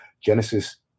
Genesis